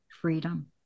freedom